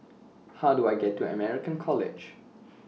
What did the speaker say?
How Do I get to American College